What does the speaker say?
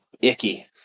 icky